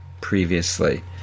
previously